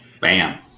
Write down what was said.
Bam